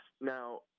now